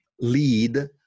lead